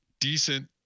decent